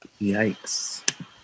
Yikes